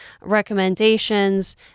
recommendations